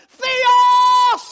Theos